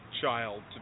child